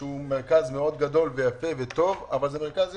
שהוא מרכז גדול מאוד, יפה וטוב, אבל זה מרכז יום.